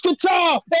Guitar